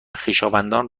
خویشاوندان